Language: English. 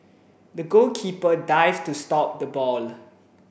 the goalkeeper dived to stop the ball